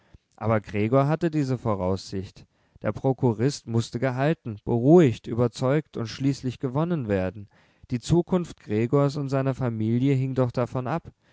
aber gregor hatte diese voraussicht der prokurist mußte gehalten beruhigt überzeugt und schließlich gewonnen werden die zukunft gregors und seiner familie hing doch davon ab